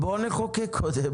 בוא נחוקק קודם.